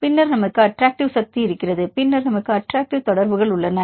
பின்னர் நமக்கு அட்டராக்ட்டிவ் சக்தி இருக்கிறது பின்னர் நமக்கு அட்டராக்ட்டிவ் தொடர்புகள் உள்ளன